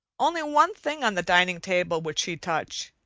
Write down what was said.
only one thing on the dining table would she touch.